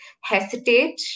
hesitate